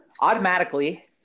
automatically